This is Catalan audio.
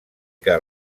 que